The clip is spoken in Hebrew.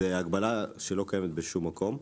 זאת הגבלה שלא קיימת בשום מקום.